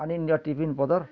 ଆନି ଦିଅ ଟିଫିନ୍ ପତର୍